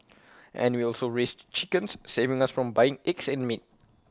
and we also raised chickens saving us from buying eggs and meat